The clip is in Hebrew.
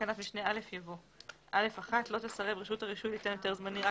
תקנת משנה (א) יבוא: "(א1)לא תסרב רשות הרישוי ליתן היתר זמני רק